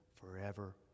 forever